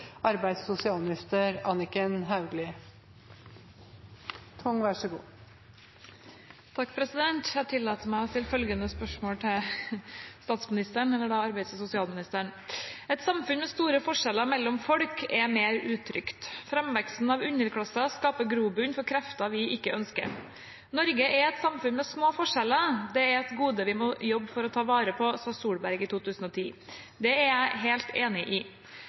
arbeids- og sosialministeren. Jeg tillater meg å stille følgende spørsmål til statsministeren – eller nå: arbeids- og sosialministeren: «Et samfunn med store forskjeller mellom folk er mer utrygt. Framveksten av underklasser skaper grobunn for krefter vi ikke ønsker. «Norge er et samfunn med små forskjeller, det er et gode vi må jobbe for å ta vare på», sa Solberg i 2010. Det er jeg helt enig i.